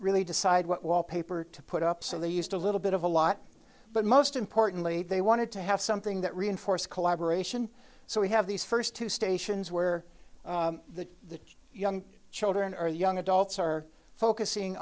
really decide what wallpaper to put up so they used a little bit of a lot but most importantly they wanted to have something that reinforce collaboration so we have these first two stations where the young children or young adults are focusing